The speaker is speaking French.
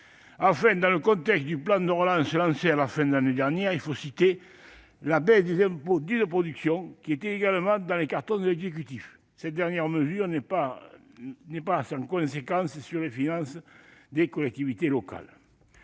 enfin, dans le cadre du plan de relance lancé à la fin de l'année dernière, la baisse des impôts dits de production, qui figurait également dans les cartons de l'exécutif. Cette dernière mesure n'est pas sans conséquence sur les finances des collectivités locales